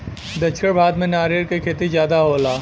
दक्षिण भारत में नरियर क खेती जादा होला